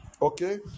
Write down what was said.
Okay